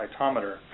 cytometer